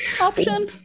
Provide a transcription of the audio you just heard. option